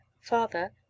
Father